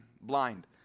blind